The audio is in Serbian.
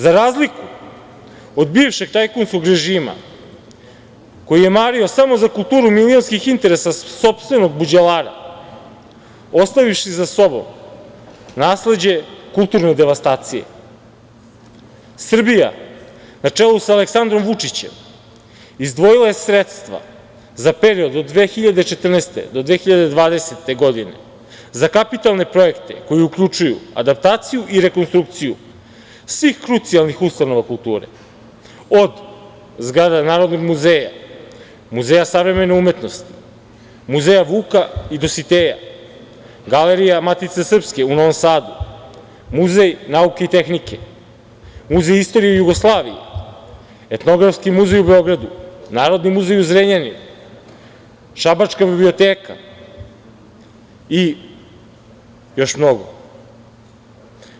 Za razliku od bivšeg tajkunskog režima, koji je mario samo za kulturu milionskih interesa sopstvenog buđelara, ostavivši za sobom nasleđe kulturne devastacije, Srbija, na čelu sa Aleksandrom Vučićem, izdvojila je sredstva za period od 2014. do 2020. godine za kapitalne projekte koji uključuju adaptaciju i rekonstrukciju svih krucijalnih ustanova kulture, od zgrade Narodnog muzeja, Muzeja savremene umetnosti, Muzeja Vuka i Dositeja, Galerije Matice srpske u Novom Sadu, Muzeja nauke i tehnike, Muzeja istorije Jugoslavije, Etnografskog muzeja u Beogradu, Narodnog muzeja u Zrenjaninu, Šabačke biblioteke i još mnogo drugih.